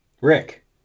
Rick